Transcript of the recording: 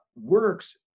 works